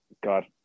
God